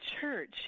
church